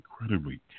incredibly